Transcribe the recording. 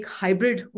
hybrid